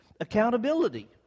accountability